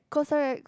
CosRX